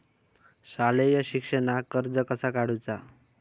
शालेय शिक्षणाक कर्ज कसा काढूचा?